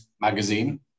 magazine